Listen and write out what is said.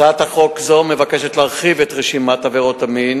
הצעת חוק זו מבקשת להרחיב את רשימת עבירות המין